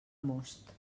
most